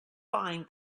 find